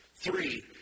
Three